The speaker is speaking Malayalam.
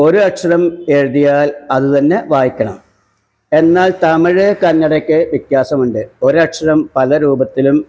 ഒരു അക്ഷരം എഴുതിയാൽ അത് തന്നെ വായിക്കണം എന്നാൽ തമിഴ് കന്നഡയ്ക്ക് വ്യത്യാസമുണ്ട് ഒരക്ഷരം പല രൂപത്തിലും